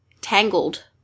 Tangled